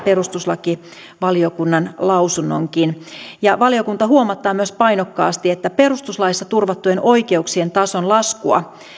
perustuslakivaliokunnan lausunnonkin ja valiokunta huomauttaa myös painokkaasti perustuslaissa turvattujen oikeuksien tason laskua